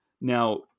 Now